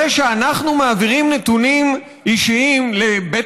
זה שאנחנו מעבירים נתונים אישיים לבית